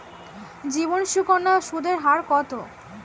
জীবন সুকন্যা সুদের হার কত?